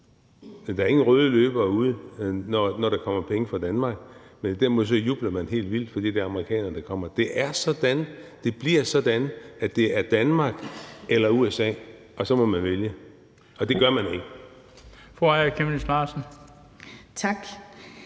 Der er ingen røde løbere ude, når der kommer penge fra Danmark, men derimod jubler man helt vildt, fordi det er amerikanerne, der kommer. Det er sådan, det bliver sådan, at det er Danmark eller USA, og så må man vælge. Og det gør man ikke.